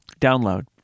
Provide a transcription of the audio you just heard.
download